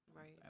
Right